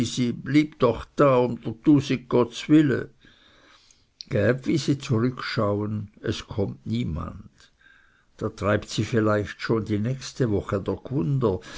doch da dr tusig gottswille gäb wie sie zurückschauen es kömmt niemand da treibt sie vielleicht schon die nächste woche der gwunder